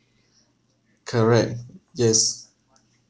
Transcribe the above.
correct yes